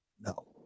No